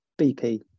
BP